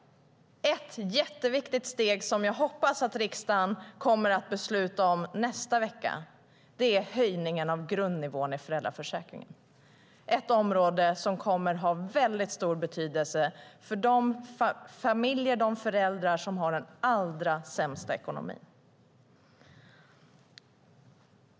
Ett jätteviktigt steg som jag hoppas att riksdagen kommer att besluta om nästa vecka är höjningen av grundnivån i föräldraförsäkringen. Det är ett område som kommer att ha väldigt stor betydelse för de familjer och föräldrar som har den allra sämsta ekonomin.